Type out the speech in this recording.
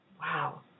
Wow